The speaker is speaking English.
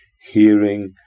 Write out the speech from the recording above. hearing